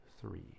three